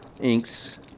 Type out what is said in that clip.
Inks